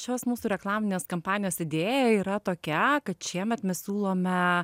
šios mūsų reklaminės kampanijos idėja yra tokia kad šiemet mes siūlome